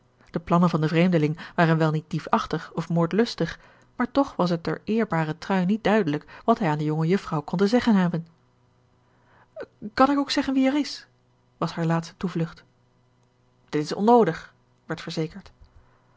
de plannen van den vreemdeling waren wel niet diefachtig of moordlustig maar toch was het der eerbare trui niet duidelijk wat hij aan de jonge jufvrouw kon te zeggen hebben kan ik ook zeggen wie er is was hare laatste toevlugt dit is onnoodig werd verzekerd